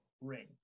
ring